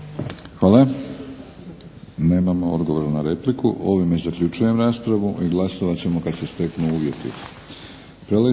Hvala. Nemamo odgovor na repliku. Ovime zaključujem raspravu i glasovat ćemo kad se steknu uvjeti.